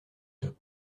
top